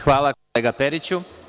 Hvala, kolega Periću.